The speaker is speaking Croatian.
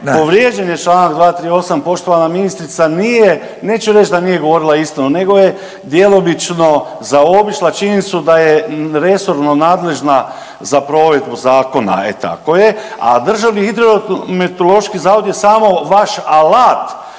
povrijeđen je čl. 238, poštovana ministrica nije, neću reći da nije govorila istinu, nego je djelomično zaobišla činjenicu da je resorno nadležna za provedbu zakona. E tako je, a DHMZ je samo vaš alat